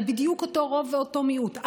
על בדיוק אותו רוב ואותו מיעוט.